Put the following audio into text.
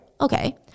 Okay